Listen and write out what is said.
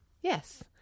yes